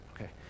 okay